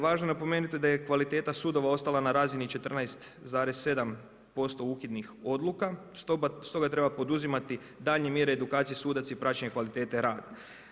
Važno je napomenuti da je kvaliteta ostala na razini 14,7% ukidnih odluka stoga poduzimati daljnje mjere edukacije sudaca i praćenje kvalitete rada.